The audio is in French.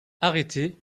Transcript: arrêté